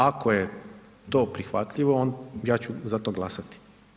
Ako je to prihvatljivo, ja ću za to glasati.